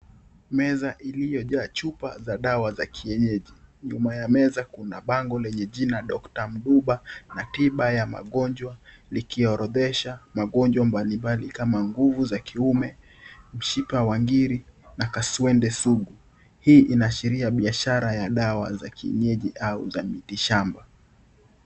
Meza iliyo jaa chupa za dawa za kienyeji, Nyuma ya meza kuna bango lenye Doctor Mbuba, na tiba magonjwa likiorodhesha mbalimbali kama nguvu za kiume, kushika wangiri na kaswende sugu. Hii inaashiria biashara ya dawa kienyeji au za miti shamba.